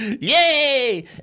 yay